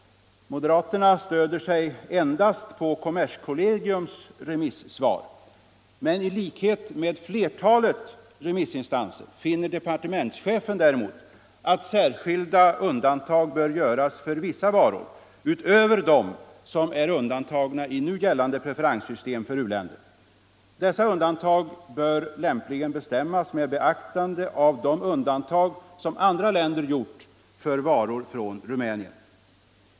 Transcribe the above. Moderaterna stöder sig endast på kommerskollegiets remissvar, men i likhet med flertalet remissinstanser finner departementschefen att särskilda undantag bör göras för vissa varor, utöver dem som är undantagna i nu gällande preferenssystem för u-länder. Dessa undantag bör lämpligen bestämmas med beaktande av de undantag som andra länder gjort för varor från Rumänien.